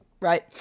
right